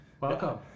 Welcome